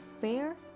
fair